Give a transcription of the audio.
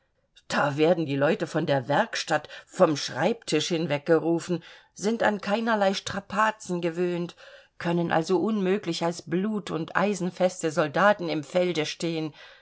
da werden die leute von der werkstatt vom schreibtisch hinweggerufen sind an keinerlei strapazen gewöhnt können also unmöglich als blut und eisenfeste soldaten im felde stehen